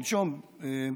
שלשום,